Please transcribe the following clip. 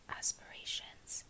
aspirations